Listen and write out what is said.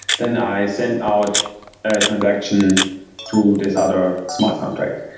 then i send out a transaction to this other smart contract.